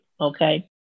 okay